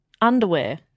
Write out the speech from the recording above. Underwear